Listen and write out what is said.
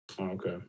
Okay